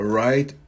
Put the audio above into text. right